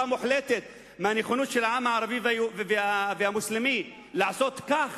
מוחלטת מהנכונות של העם הערבי והמוסלמי לעשות כך